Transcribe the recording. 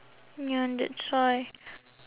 ya that's why